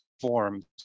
forms